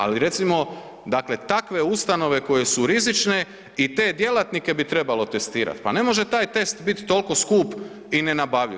Ali recimo, dakle takve ustanove koje su rizične i te djelatnike bi trebalo testirat, pa ne može taj test bit tolko skup i nenabavljiv.